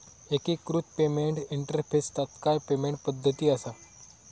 एकिकृत payment interface तात्काळ payment पद्धती असा